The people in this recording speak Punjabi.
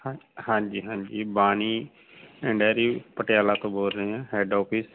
ਹ ਹਾਂਜੀ ਹਾਂਜੀ ਬਾਣੀ ਡੈਅਰੀ ਪਟਿਆਲਾ ਤੋਂ ਬੋਲ ਰਹੇ ਹਾਂ ਹੈਡ ਆਫਿਸ